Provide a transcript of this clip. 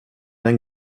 med